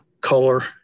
color